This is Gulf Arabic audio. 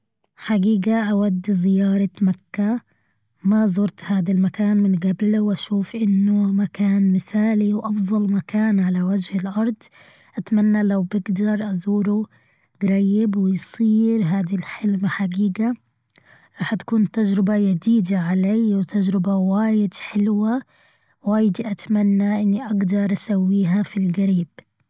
حقيقة أود زيارة مكة ما زرت هذا المكان من قبل وأشوف أنه مكان مثالي وأفضل مكان على وجه الأرض. أتمنى لو بقدر أزوره قريب ويصير هاد الحلم حقيقة. راح تكون تجربة يديدة علي وتجربة وايد حلوة. وايد أتمنى أني أقدر أسويها في القريب.